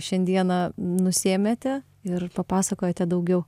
šiandieną nusiėmėte ir papasakojote daugiau